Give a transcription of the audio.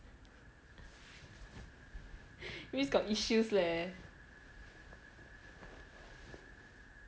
means got issues leh